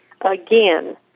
again